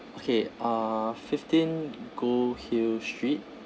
okay uh fifteen go hill street